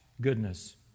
goodness